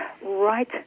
right